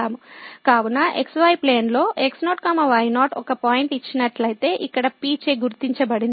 కావున xy ప్లేన్లో x0 y0 ఒక పాయింట్ ఇచ్చినట్లయితే ఇక్కడ P చే గుర్తించబడింది